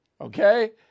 okay